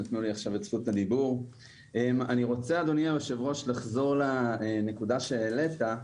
אני רוצה לחזור לנקודה שהעלית,